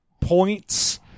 points